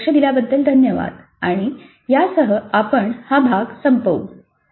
आपण लक्ष दिल्याबद्दल धन्यवाद आणि यासह आपण हा भाग संपवू